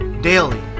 daily